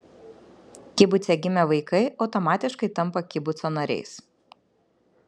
kibuce gimę vaikai automatiškai tampa kibuco nariais